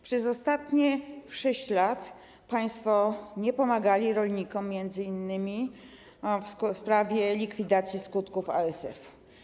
Przez ostatnie 6 lat państwo nie pomagali rolnikom m.in. w sprawie likwidacji skutków ASF.